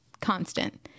constant